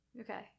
Okay